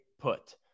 put